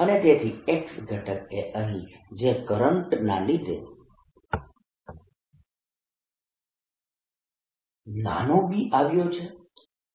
અને તેથી X ઘટક એ અહીં જે કંઇ કરંટના લીધે નાનો B આવી રહ્યો છે